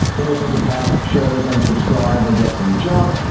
to listen to past shows and subscribe or just reach out,